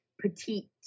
petite